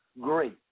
great